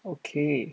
okay